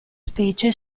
specie